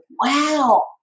wow